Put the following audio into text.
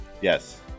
Yes